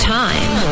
time